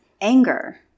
anger